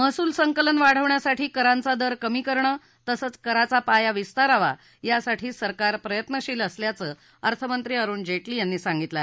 महसूल संकलन वाढवण्यासाठी करांचा दर कमी करणं तसंच कराचा पाया विस्तारावा यासाठी सरकार प्रयत्नशील असल्याचं अर्थनंत्री अरुण जेटली यांनी सांगितलं आहे